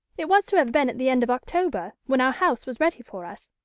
it was to have been at the end of october, when our house was ready for us.